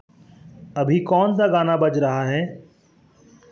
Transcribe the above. अभी कौनसा गाना बज रहा है